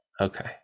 okay